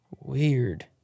Weird